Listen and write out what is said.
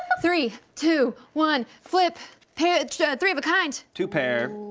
three two one, flip. pair, three of a kind. two pair. oooh.